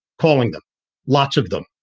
calling them lots of them.